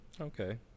Okay